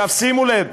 שימו לב,